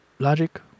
Logic